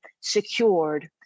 secured